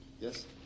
Yes